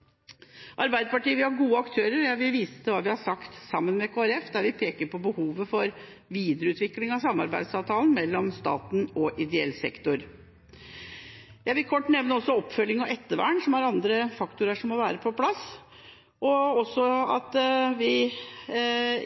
vi ser virker. Arbeiderpartiet vil ha gode aktører, og jeg vil vise til at vi sammen med Kristelig Folkeparti har pekt på behovet for videreutvikling av samarbeidsavtalen mellom staten og ideell sektor. Jeg vil også kort nevne oppfølging og ettervern, som er andre faktorer som må være på plass.